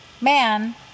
man